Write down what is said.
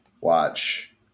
watch